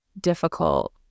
difficult